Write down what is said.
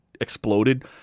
exploded